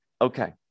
Okay